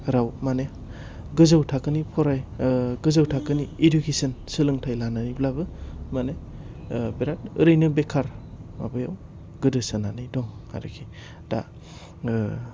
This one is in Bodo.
राव मानि गोजौ थाखोनि फराय ओह गोजौ थाखोनि इदुकेसन सोलोंथाय लानानैब्लाबो मानि ओह बिराद ओरैनो बेखार माबायाव गोदोसोनानै दङ आरोखि दा ओह